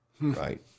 right